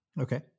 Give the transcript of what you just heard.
Okay